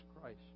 Christ